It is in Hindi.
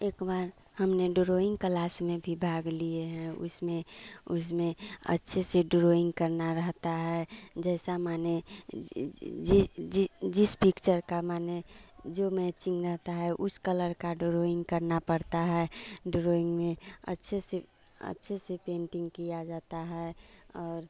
एक बार हमने डोरोइंग कलास में भी भाग लिए हैं उसमें उसमें अच्छे से डोरोइंग करना रहता है जैसा माने जी जी जी जी जीस पिक्चर का माने जो मैचिंग रहता है उस कलर का डोरोइंग करना पड़ता है डोरोइंग में अच्छे से अच्छे से पेंटिंग किया जाता है और